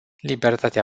libertatea